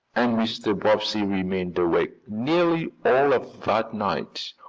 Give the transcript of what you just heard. and mr. bobbsey remained awake nearly all of that night,